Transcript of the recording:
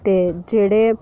ते जेह्ड़े